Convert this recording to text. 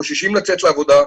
וחוששים לצאת לעבודה,